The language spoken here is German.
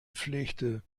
pflegte